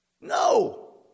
No